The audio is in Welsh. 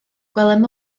gwelem